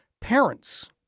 parents